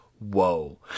Whoa